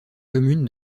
commune